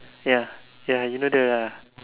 ya ya you know the